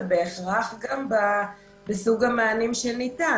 ובהכרח בסוג המענה שניתן.